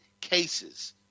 cases